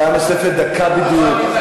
לא,